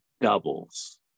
doubles